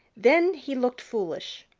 then he looked foolish.